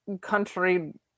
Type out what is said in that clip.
Country